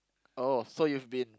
oh so you've been